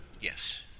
Yes